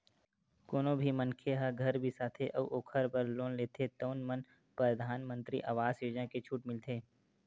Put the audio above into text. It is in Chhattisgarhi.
कोनो भी मनखे ह घर बिसाथे अउ ओखर बर लोन लेथे तउन म परधानमंतरी आवास योजना के छूट मिलथे